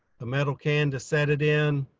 metal can to set it in,